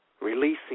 Releasing